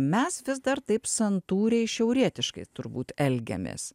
mes vis dar taip santūriai šiaurietiškai turbūt elgiamės